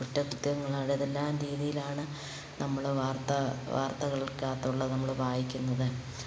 കുറ്റകൃത്യങ്ങളാണ് ഏതെല്ലാം രീതിയിലാണ് നമ്മൾ വാർത്ത വാർത്തകേൾക്കാത്തുള്ളത് നമ്മൾ വായിക്കുന്നത്